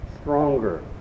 stronger